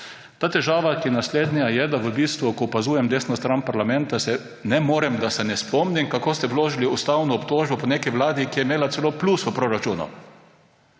težavo, ki je naslednja. Ko opazujem desno stran parlamenta, ne morem, da se ne spomnim, kako ste vložili ustavno obtožbo proti neki vladi, ki je imela celo plus v proračunu,